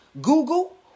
Google